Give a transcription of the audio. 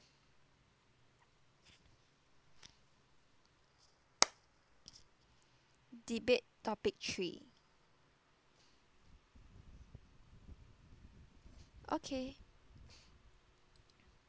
debate topic three okay